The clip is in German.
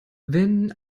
wenn